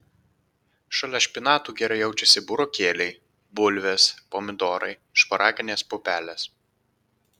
šalia špinatų gerai jaučiasi burokėliai bulvės pomidorai šparaginės pupelės